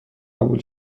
قبول